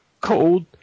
Cold